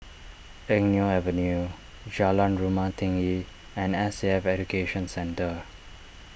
Eng Neo Avenue Jalan Rumah Tinggi and S A F Education Centre